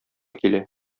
килә